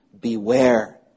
Beware